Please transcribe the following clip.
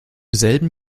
selben